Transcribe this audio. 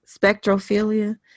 Spectrophilia